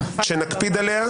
כשנקפיד עליה,